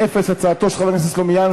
פנייה למוקד חירום והצלה בקריאת שווא לעזרה),